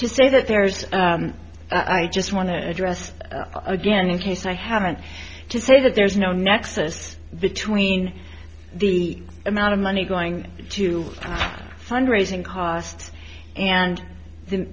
to say that there's i just want to address again in case i haven't to say that there's no nexus between the amount of money going to fund raising costs and the